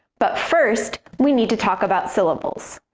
but first, we need to talk about syllables.